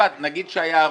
נגיד שהיה הרוג.